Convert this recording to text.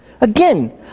Again